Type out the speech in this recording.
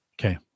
Okay